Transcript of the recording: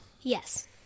Yes